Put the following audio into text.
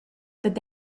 dad